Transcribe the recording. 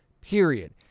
period